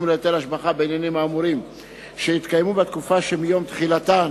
ולהיטל השבחה בעניינים האמורים שהתקיימו בתקופה שמיום תחילתן